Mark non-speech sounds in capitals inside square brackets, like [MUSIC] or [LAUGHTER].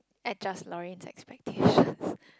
adjust Lorraine's expectations [LAUGHS]